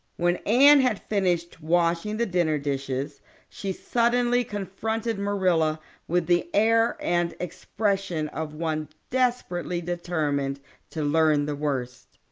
when anne had finished washing the dinner dishes she suddenly confronted marilla with the air and expression of one desperately determined to learn the worst.